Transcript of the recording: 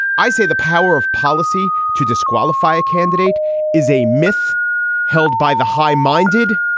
i say the power of policy to disqualify a candidate is a myth held by the high minded